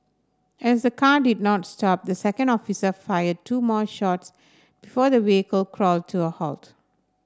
as the car did not stop the second officer fired two more shots before the vehicle crawled to a halt